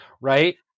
right